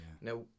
Now